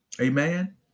Amen